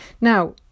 Now